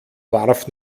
warf